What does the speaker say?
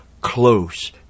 close